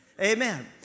Amen